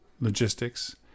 logistics